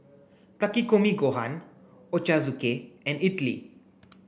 Takikomi Gohan Ochazuke and Idili